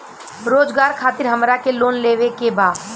रोजगार खातीर हमरा के लोन लेवे के बा?